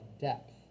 depth